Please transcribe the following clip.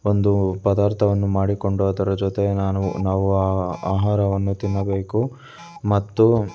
ಒಂದು ಪದಾರ್ಥವನ್ನು ಮಾಡಿಕೊಂಡು ಅದರ ಜೊತೆಗೆ ನಾನು ನಾವು ಆಹಾರವನ್ನು ತಿನ್ನಬೇಕು ಮತ್ತು